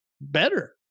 better